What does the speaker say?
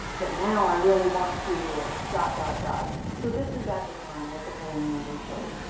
but now i really want to or dot dot dot. so this is at the time what the polling numbers showed.